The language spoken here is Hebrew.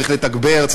צריך לתגבר,